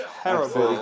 terrible